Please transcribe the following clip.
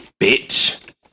Bitch